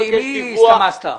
על יעל לינדנברג.